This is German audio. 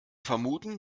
vermuten